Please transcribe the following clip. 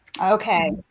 Okay